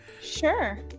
Sure